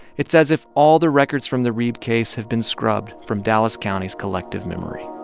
it's as if all the records from the reeb case have been scrubbed from dallas county's collective memory